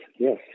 Yes